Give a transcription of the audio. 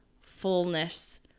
fullness